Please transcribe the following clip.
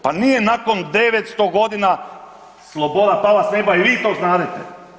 Pa nije nakon 900 godina sloboda pala s neba i vi to znadete.